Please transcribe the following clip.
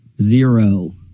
zero